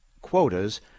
quotas